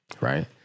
right